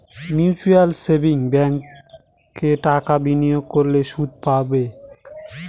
mutual savings ব্যাঙ্কে টাকা বিনিয়োগ করলে সুদ পাবে